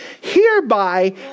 Hereby